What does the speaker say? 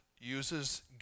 uses